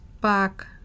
back